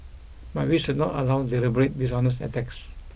but we should not allow deliberate dishonest attacks